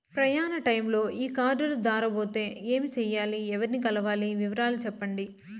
ప్రయాణ టైములో ఈ కార్డులు దారబోతే ఏమి సెయ్యాలి? ఎవర్ని కలవాలి? వివరాలు సెప్పండి?